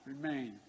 remain